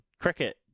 Cricket